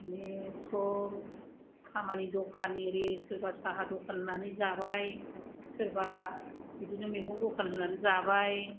माने सफ खामानि दखानि एरि सोरबा साहा दखान होनानै जाबाय सोरबा बिदिनो मैगं दखान होनानै जाबाय